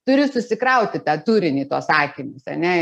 turi susikrauti tą turinį į tuos akinius ane